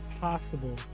possible